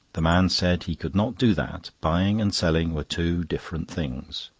the man said he could not do that buying and selling were two different things.